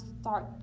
start